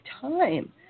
time